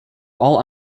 all